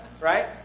right